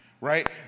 right